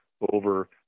over